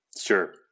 Sure